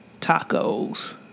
Tacos